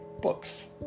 books